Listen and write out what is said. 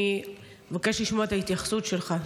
אני מבקשת לשמוע את ההתייחסות שלך.